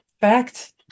fact